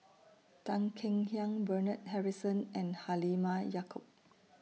Tan Kek Hiang Bernard Harrison and Halimah Yacob